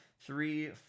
three